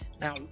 now